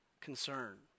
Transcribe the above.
concern